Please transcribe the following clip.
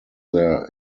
their